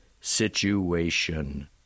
situation